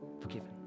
forgiven